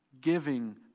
giving